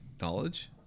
knowledge